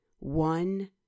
One